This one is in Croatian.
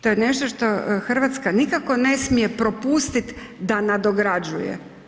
To je nešto što Hrvatska nikako ne smije propustiti da nadograđuje.